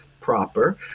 proper